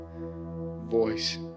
voice